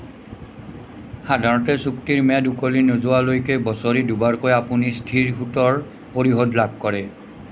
সাধাৰণতে চুক্তিৰ ম্যাদ উকলি নোযোৱালৈকে বছৰি দুবাৰকৈ আপুনি স্থিৰ সুতৰ পৰিশোধ লাভ কৰে